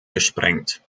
gesprengt